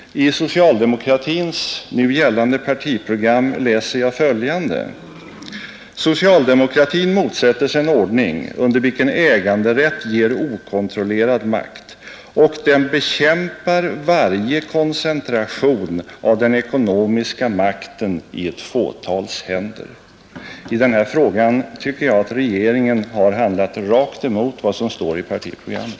I socialdemokratins nu gällande partiprogram läser jag följande: ”Socialdemokratin motsätter sig en ordning, under vilken äganderätt ger okontrollerad makt, och den bekämpar varje koncentration av den ekonomiska makten i ett fåtals händer.” I den här frågan anser jag att regeringen har handlat rakt emot vad som står i partiprogrammet.